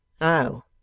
Oh